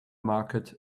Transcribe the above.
market